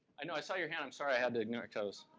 i know, i saw your hand. i'm sorry, i had to ignore it cause.